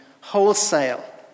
wholesale